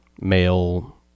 male